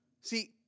See